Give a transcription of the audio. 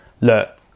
look